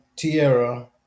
Tierra